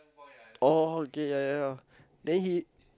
oh okay ya ya ya